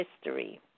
history